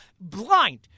blind